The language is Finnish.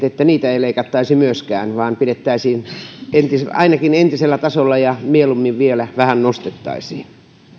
että niitä ei leikattaisi myöskään vaan pidetään ainakin entisellä tasolla ja mieluummin vielä vähän nostettaisiin